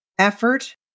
Effort